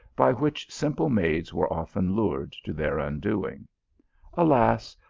by which simple maids were often lured to their undoing alas,